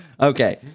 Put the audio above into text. okay